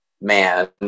man